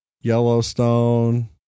Yellowstone